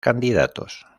candidatos